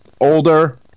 older